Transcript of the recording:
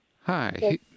Hi